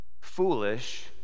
foolish